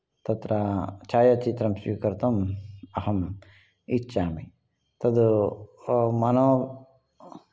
तत्र छायाचित्रं स्वीकर्तुम् अहं इच्छामि तत् मनो